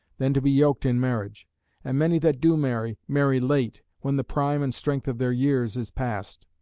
than to be yoked in marriage and many that do marry, marry late, when the prime and strength of their years is past.